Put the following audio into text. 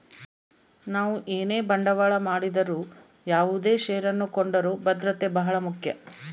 ನಾವು ಏನೇ ಬಂಡವಾಳ ಮಾಡಿದರು ಯಾವುದೇ ಷೇರನ್ನು ಕೊಂಡರೂ ಭದ್ರತೆ ಬಹಳ ಮುಖ್ಯ